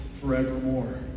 forevermore